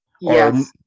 Yes